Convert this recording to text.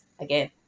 again